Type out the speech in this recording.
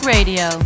Radio